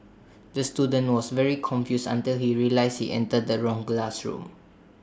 the student was very confused until he realised he entered the wrong classroom